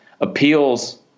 appeals